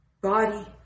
body